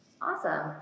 Awesome